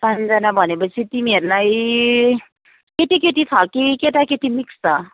पाँचजना भनेपछि तिमीहरूलाई केटी केटी छ कि केटा केटी मिक्स छ